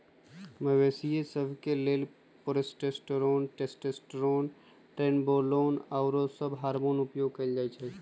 मवेशिय सभ के लेल प्रोजेस्टेरोन, टेस्टोस्टेरोन, ट्रेनबोलोन आउरो सभ हार्मोन उपयोग कयल जाइ छइ